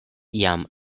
iam